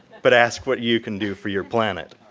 but ask what you can do for your planet.